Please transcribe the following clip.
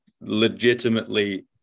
legitimately